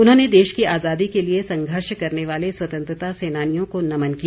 उन्होंने देश की आजादी के लिए संघर्ष करने वाले स्वतंत्रता सेनानियों को नमन किया